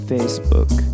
Facebook